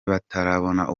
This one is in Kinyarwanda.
batarabona